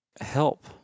help